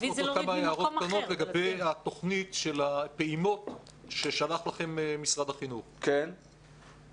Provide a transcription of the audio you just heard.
יש לי כמה הערות קטנות לגבי תכנית הפעימות שמשרד החינוך שלח